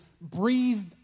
breathed